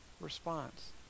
response